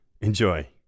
Enjoy